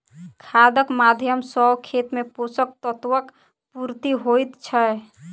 खादक माध्यम सॅ खेत मे पोषक तत्वक पूर्ति होइत छै